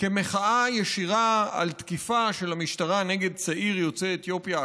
במחאה ישירה על תקיפה של המשטרה נגד צעיר יוצא אתיופיה,